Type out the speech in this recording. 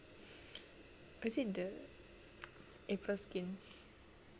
is it the aprilskin